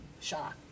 shock